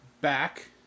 back